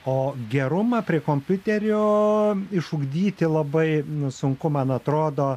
o gerumą prie kompiuterio išugdyti labai sunku man atrodo